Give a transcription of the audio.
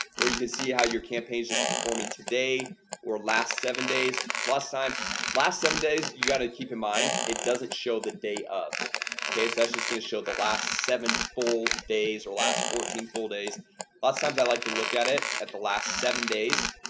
or you can see how your campaigns just performing today or last seven days lost times last seven days you gotta keep in mind it doesn't show the day of ok so that's just gonna show the last seven full days or last fourteen full days last times i like to look at it at the last seven days